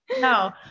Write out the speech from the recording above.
No